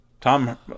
Tom